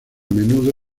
menudo